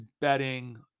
betting